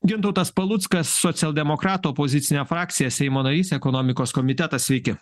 gintautas paluckas socialdemokratų opozicinė frakcija seimo narys ekonomikos komitetas sveiki